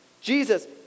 Jesus